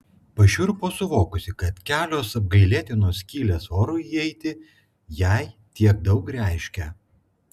pašiurpo suvokusi kad kelios apgailėtinos skylės orui įeiti jai tiek daug reiškia